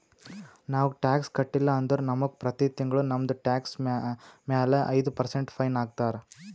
ನಾವು ಟ್ಯಾಕ್ಸ್ ಕಟ್ಟಿಲ್ಲ ಅಂದುರ್ ನಮುಗ ಪ್ರತಿ ತಿಂಗುಳ ನಮ್ದು ಟ್ಯಾಕ್ಸ್ ಮ್ಯಾಲ ಐಯ್ದ ಪರ್ಸೆಂಟ್ ಫೈನ್ ಹಾಕ್ತಾರ್